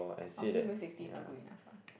I would say for you sixty is not good enough ah